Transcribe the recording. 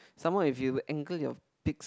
some more if you anchor your pics